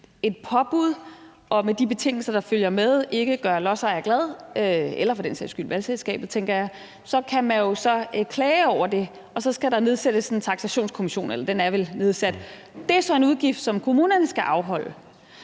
et påbud og de betingelser, der følger med, ikke gør lodsejer eller vandselskabet glade, så kan man jo så klage over det, og så skal der nedsættes en taksationskommission – eller den er vel nedsat. Det er så en udgift, som kommunerne skal afholde,